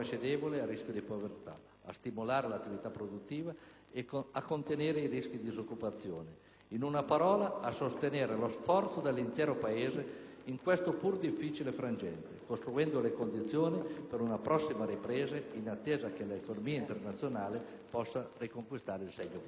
a stimolare l'attività produttiva, a contenere i rischi di disoccupazione, in una parola a sostenere lo sforzo dell'intero Paese in questo pur difficile frangente, costruendo le condizioni per una prossima ripresa, in attesa che l'economa internazionale possa riconquistare il segno positivo. *(Applausi